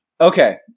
Okay